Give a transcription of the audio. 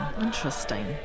Interesting